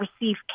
receive